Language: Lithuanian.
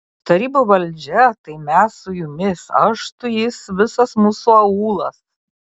tarybų valdžia tai mes su jumis aš tu jis visas mūsų aūlas